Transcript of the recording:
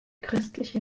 christliche